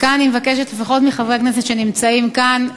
וכאן אני מבקשת, לפחות מחברי הכנסת שנמצאים כאן,